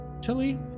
Tilly